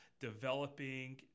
developing